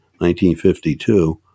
1952